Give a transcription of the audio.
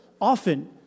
often